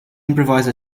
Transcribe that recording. improvise